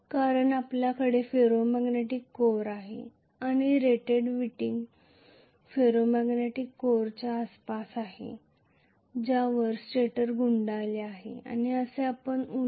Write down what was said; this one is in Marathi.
कारण आपल्याकडे फेरोमॅग्नेटिक कोर आहे आणि रोटर विंडिंग फारोमॅग्नेटिक कोरच्या आसपास आहे ज्यावर स्टेटर गुंडाळले आहे आणि असे उलट